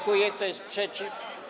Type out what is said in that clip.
Kto jest przeciw?